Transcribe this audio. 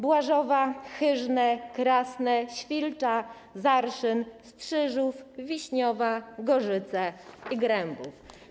Błażowa, Hyżne, Krasne, Świlcza, Zarszyn, Strzyżów, Wiśniowa, Gorzyce i Grębów.